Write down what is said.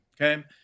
okay